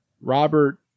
Robert